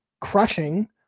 crushing